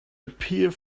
appear